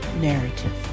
narrative